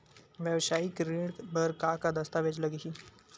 वेवसायिक ऋण बर का का दस्तावेज लगही?